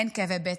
אין כאבי בטן.